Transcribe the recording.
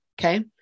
Okay